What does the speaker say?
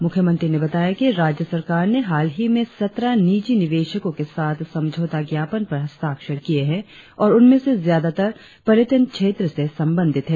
मुख्यमंत्री ने बताया कि राज्य सरकर ने हाल ही में सत्रह निजी निवेशकों के साथ समझौता ज्ञापन पर हस्ताक्षर किए है और उन में से ज्यादातर पर्यटन क्षेत्र से संबंधित है